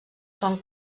són